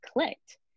clicked